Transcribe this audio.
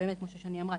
שבאמת כמו ששני אמרה,